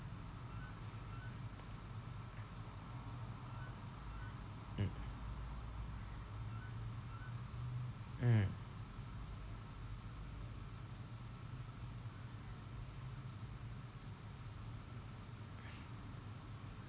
mm mm